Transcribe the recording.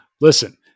Listen